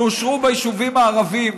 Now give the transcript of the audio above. שאושרו ביישובים הערביים.